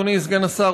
אדוני סגן השר,